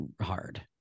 hard